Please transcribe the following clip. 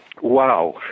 Wow